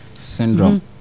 syndrome